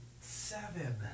seven